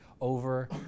over